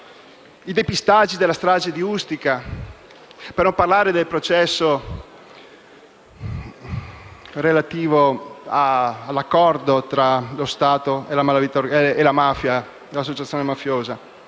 i depistaggi della strage di Ustica, per non parlare del processo relativo all'accordo tra lo Stato e le associazioni mafiose.